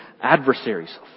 adversaries